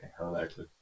okay